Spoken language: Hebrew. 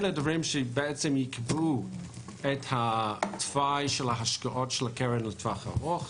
אלה דברים שעיכבו את התוואי של ההשקעות של הקרן לטווח ארוך.